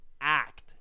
act